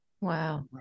Wow